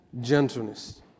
gentleness